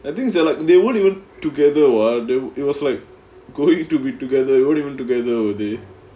I think it's that like they weren't even together [what] they it was like going to be together they weren't even together were they